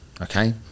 okay